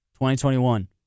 2021